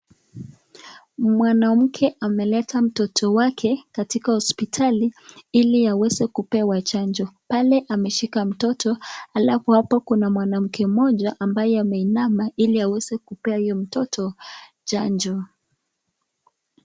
Mwanamke ameleta mtoto wake, katika hospitali, ili aweze kupewa chanjo, pale ameshika mtoto, alafu hapo kuna mwanamke mmoja, ambaye ameinama, ili aweze kupea huyo mtoto, chanjo.